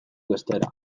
bestera